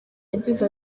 yagize